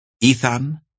Ethan